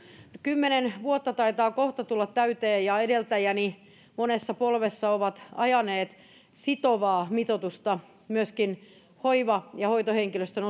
kymmenen vuotta taitaa kohta tulla täyteen ja edeltäjäni monessa polvessa ovat ajaneet sitovaa mitoitusta myöskin hoiva ja hoitohenkilöstön